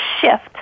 shift